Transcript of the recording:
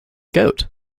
goat